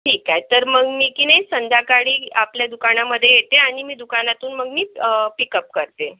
ठीक आहे तर मग मी किनई संध्याकाळी आपल्या दुकानामधे येते आणि मी दुकानातून मग मी पिकअप करते